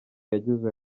yageze